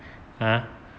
!huh!